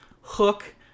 Hook